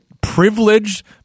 privileged